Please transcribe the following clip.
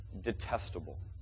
detestable